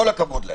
כל הכבוד להם.